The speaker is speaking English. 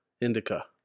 Indica